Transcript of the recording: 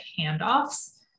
handoffs